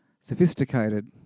sophisticated